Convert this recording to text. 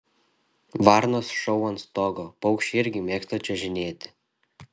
varnos šou ant stogo paukščiai irgi mėgsta čiuožinėti